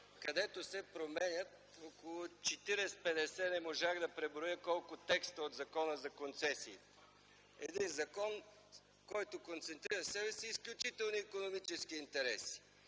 където се променят около 40-50 (не можах да преброя колко) текстове от Закона за концесиите. Един закон, който концентрира в себе си изключителни икономически интереси!